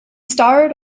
starred